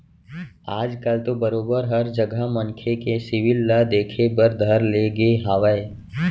आज कल तो बरोबर हर जघा मनखे के सिविल ल देखे बर धर ले गे हावय